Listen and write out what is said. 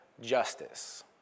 justice